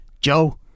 Joe